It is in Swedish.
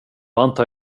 antar